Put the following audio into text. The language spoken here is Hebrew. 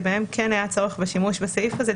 שבהן כן היה צורך בשימוש בסעיף הזה,